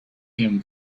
him